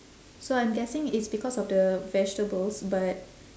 so I'm guessing it's because of the vegetables but